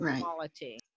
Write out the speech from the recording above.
quality